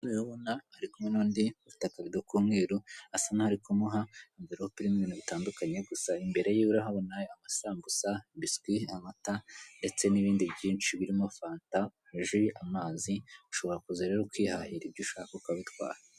Umusore rero ubona ari kumwe nundi ufite akabido k'umweru asa naho ari kumuha envelope irimo ibintu bitandukanye gusa imbere yiwe urahabona amasambusa, biscuit, amata ndetse n'ibindi byinshi birimo fanta, jus, amazi ushobora kuza rero ukihahira ibyo ushaka ukabitwara.